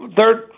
third